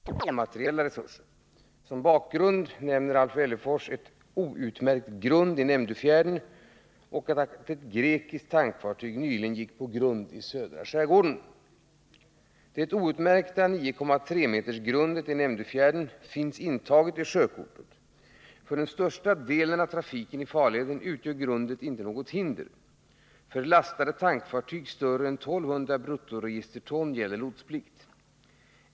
Herr talman! Alf Wennerfors har frågat mig dels vilka åtgärder jag tänker vidta för att öka sjösäkerheten i Stockholms skärgård, dels hur jag prioriterar de olika åtgärderna vad beträffar tidsplanering, personella och materiella resurser. Som bakgrund till sin fråga nämner Alf Wennerfors ett outmärkt grund i Nämndöfjärden och att ett grekiskt tankfartyg nyligen gick på grund i södra skärgården. Det outmärkta 9,3 meters grundet i Nämndöfjärden finns intaget i sjökortet. För den största delen av trafiken i farleden utgör grundet inte något hinder. För lastade tankfartyg större än 1 200 bruttoregisterton gäller lotsplikt.